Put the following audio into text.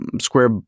Square